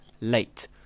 late